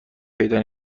پیدا